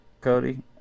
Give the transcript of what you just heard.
Cody